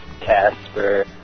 Casper